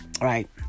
Right